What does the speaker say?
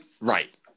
right